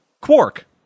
Quark